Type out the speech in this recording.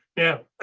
yeah,